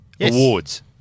Awards